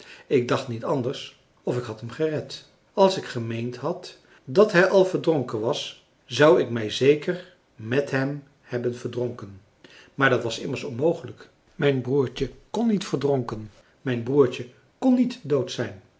ik dacht niet anders of ik had hem gered als ik gemeend had dat hij al verdronken was zou ik mij zeker met hem hebben verdronken maar dat was immers onmogelijk mijn broertje kon niet verdronken mijn broertje kon niet dood zijn